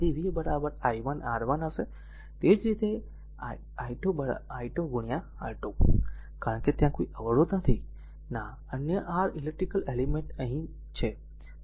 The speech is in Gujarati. તેથી v i1 R1 હશે તેવી જ રીતે i2 R2 કારણ કે ત્યાં કોઈ અવરોધ નથી ના અન્ય r ઇલેક્ટ્રીકલ એલિમેન્ટ અહીં અને અહીં છે